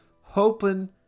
Hoping